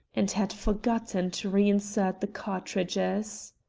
and had forgotten to reinsert the cartridges.